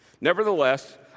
Nevertheless